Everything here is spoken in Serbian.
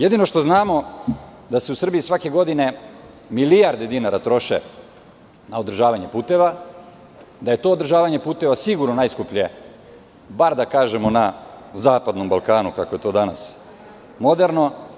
Jedino što znamo da se u Srbiji svake godine milijarde dinara troše na održavanje puteva, da je to održavanje puteva sigurno najskuplje bar da kažemo na zapadnom Balkanu kako je to danas moderno.